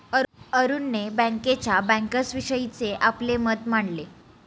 अरुणने बँकेच्या बँकर्सविषयीचे आपले मत मांडले